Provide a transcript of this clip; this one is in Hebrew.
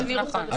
נכון.